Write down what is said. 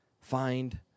Find